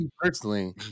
personally